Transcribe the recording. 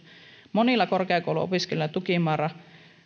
monilla korkeakouluopiskelijoilla tukimäärä